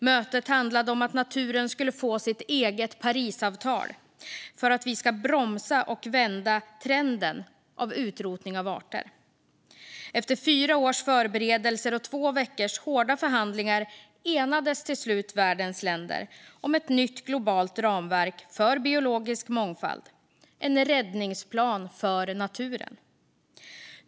Mötet handlade om att naturen skulle få sitt eget Parisavtal för att vi ska bromsa och vända trenden av utrotning av arter. Efter fyra års förberedelser och två veckors hårda förhandlingar enades till slut världens länder om ett nytt globalt ramverk för biologisk mångfald - en räddningsplan för naturen.